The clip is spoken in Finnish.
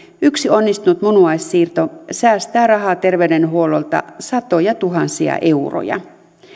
yksi onnistunut munuaissiirto säästää rahaa terveydenhuollolta satojatuhansia euroja